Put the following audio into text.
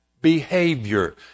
behavior